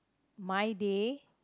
my day